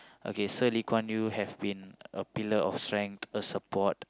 okay so Lee-Kuan-Yew have been a pillar of strength a support